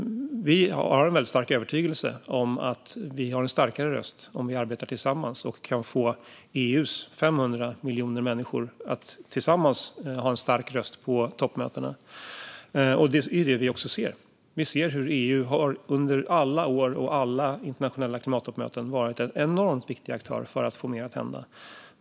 Vår starka övertygelse är att vi har en starkare röst om vi arbetar tillsammans och kan få EU:s 500 miljoner människor att tillsammans ha en stark röst på toppmötena. Det är också det vi ser. Vi ser hur EU under alla år och vid alla internationella klimattoppmöten har varit en enormt viktig aktör för att få mer att hända.